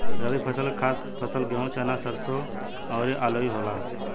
रबी फसल के खास फसल गेहूं, चना, सरिसो अउरू आलुइ होला